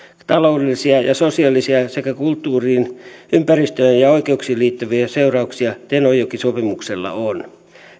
taloudellisia ja sosiaalisia sekä kulttuuriin ympäristöön ja oikeuksiin liittyviä seurauksia tenojoki sopimuksella on